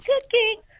cooking